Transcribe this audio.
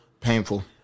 Painful